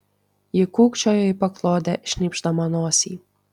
ji kūkčiojo į paklodę šnypšdama nosį